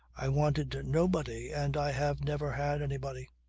i wanted nobody and i have never had anybody.